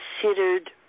considered